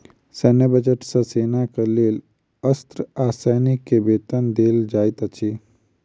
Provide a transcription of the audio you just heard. सैन्य बजट सॅ सेनाक लेल अस्त्र आ सैनिक के वेतन देल जाइत अछि